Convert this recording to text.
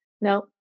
no